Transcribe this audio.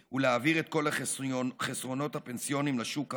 ולהעביר את כל החסכונות הפנסיונים לשוק ההון,